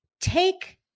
take